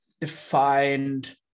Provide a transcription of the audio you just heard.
defined